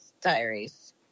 Diaries